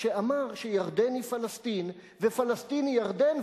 שאמר שירדן היא פלסטין ופלסטין היא ירדן,